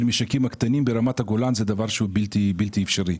שהוא בלתי אפשרי.